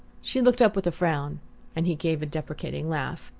she looked up with a frown and he gave a deprecating laugh.